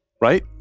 right